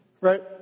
right